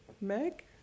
Meg